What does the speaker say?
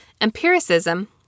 Empiricism